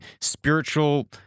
spiritual